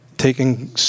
Taking